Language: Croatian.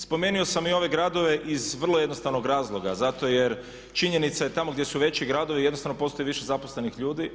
Spomenuo sam i ove gradove iz vrlo jednostavnog razloga zato jer činjenica je tamo gdje su veći gradovi jednostavno postoji više zaposlenih ljudi.